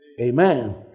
Amen